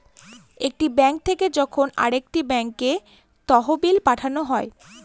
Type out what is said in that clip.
একটি ব্যাঙ্ক থেকে যখন আরেকটি ব্যাঙ্কে তহবিল পাঠানো হয়